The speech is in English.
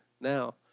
now